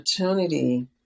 opportunity